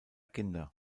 kinder